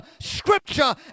scripture